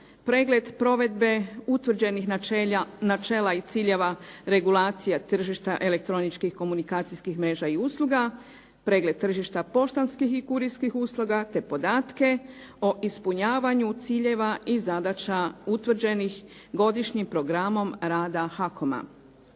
pregled provedbe utvrđenih načela i ciljeva regulacija tržišta elektroničkih komunikacijskih mreža i usluga, pregled tržišta poštanskih i kurirskih usluga te podatke o ispunjavanju ciljeva i zadaća utvrđenih godišnjim programom rada